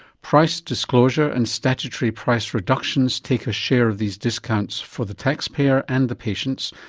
price disclosure and statutory price reductions take a share of these discounts for the taxpayer and the patients,